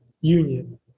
union